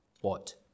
What